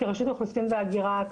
רשות האוכלוסין וההגירה,